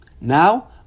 Now